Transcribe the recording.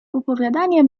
opowiadanie